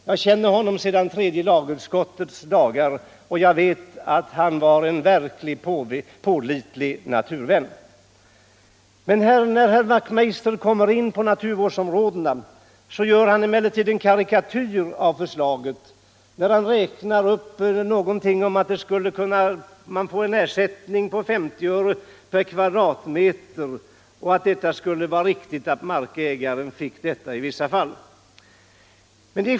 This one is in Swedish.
Jag känner honom sedan tredje lagutskottets dagar och jag vet att han är en verkligt pålitlig naturvän. Men när herr Wachtmeister diskuterar naturvårdsområdena gör han en karikatyr av förslaget då han räknar fram en ersättning på 50 öre per kvadratmeter som det skulle vara riktigt att markägaren fick i vissa fall.